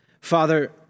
Father